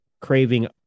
craving